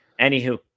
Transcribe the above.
Anywho